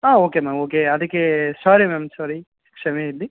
ಹಾಂ okay ma'am okay ಅದಕೆ sorry ma'am sorry ಕ್ಷಮೆ ಇರಲಿ